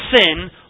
sin